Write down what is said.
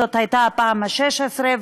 זו הייתה הפעם ה-16,